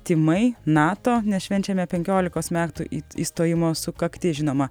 tymai nato nes švenčiame penkiolikos metų it įstojimo sukaktis žinoma